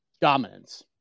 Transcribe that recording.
Dominance